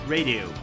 Radio